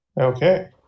okay